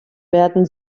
werden